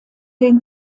den